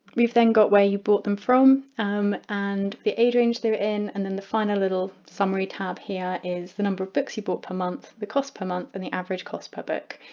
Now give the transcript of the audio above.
we've then got where you bought them from um and the age range they're in and then the final little summary tab here is the number of books you bought per month the cost per month and the average cost per book.